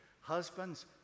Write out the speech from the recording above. Husbands